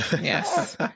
Yes